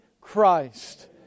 Christ